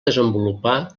desenvolupar